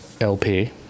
LP